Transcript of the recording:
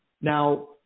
Now